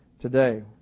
today